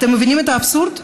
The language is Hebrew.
אתם מבינים את האבסורד?